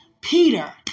Peter